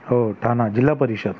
हो ठाना जिल्हा परिषद